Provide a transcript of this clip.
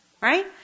Right